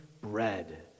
bread